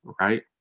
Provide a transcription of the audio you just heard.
right